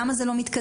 למה זה לא מתקדם?